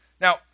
Now